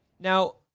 Now